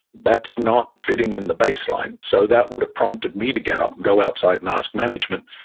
that's not fitting in the baseline. so that would've prompted me to get up, go outside, and ask management,